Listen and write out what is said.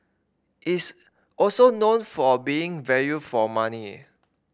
it's also known for being value for money